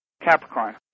Capricorn